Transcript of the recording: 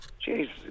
Jesus